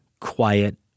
quiet